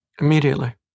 Immediately